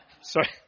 sorry